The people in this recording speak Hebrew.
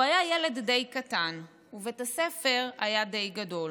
הוא היה ילד די קטן, ובית הספר היה די גדול.